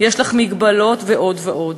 "יש לך מגבלות" ועוד ועוד.